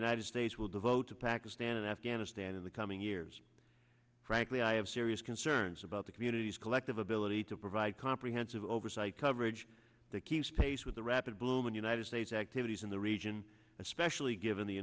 united states will devote to pakistan and afghanistan in the coming years frankly i have serious concerns about the community's collective ability to provide comprehensive oversight coverage that keeps pace with the rapid bloom in united states activities in the region especially given the